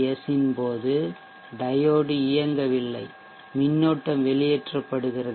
எஸ்dTS ன் போது டையோடு இயங்கவில்லை மின்னோட்டம் வெளியேற்றப்படுகிறது